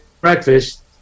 breakfast